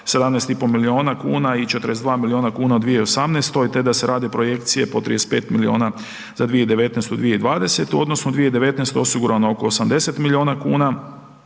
17,5 milijuna kuna i 42 milijuna kuna u 2018. te da se rade projekcije po 35 milijuna za 2019. i 2020., u odnosu na 2019. osigurano je oko 80 milijuna kuna,